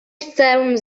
chcę